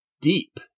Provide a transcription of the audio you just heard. deep